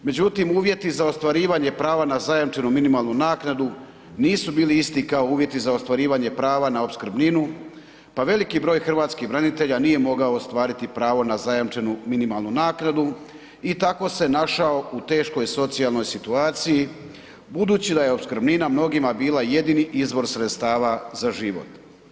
Međutim, uvjeti za ostvarivanje prava na zajamčenu minimalnu naknadu nisu bili isti kao uvjeti za ostvarivanje prava na opskrbninu, pa veliki broj hrvatskih branitelja nije mogao ostvariti pravo na zajamčenu minimalnu naknadu i tako se našao u teškoj socijalnoj situaciji budući da je opskrbnina mnogima bila jedini izvor sredstava za život.